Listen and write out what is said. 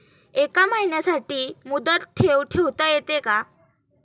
एका महिन्यासाठी मुदत ठेव ठेवता येते का?